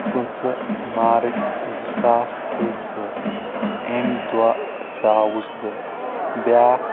پنژٕہ مارٕچ زٕ ساس تہٕ زٕ امہِ دۄہ زاوُس بہٕ بیاکھ